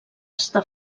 està